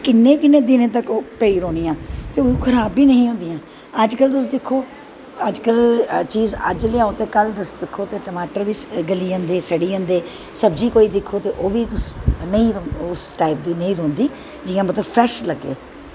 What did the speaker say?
किन्नैं किन्नैं दिनैं तक ओह् पेई रौह्नियां ते ओह् खराब बी नेंई हियां होंदियां अज्ज कल तुस दिक्खो अज्ज कल चीज़ तुस अज्ज लेआओ ते कल टमाटर बी गली जंदे सड़ी जंदे सब्जी तुस दिक्खो ते ओह्बी नेंई रौह्दी जियां मतलव फ्रैश लग्गे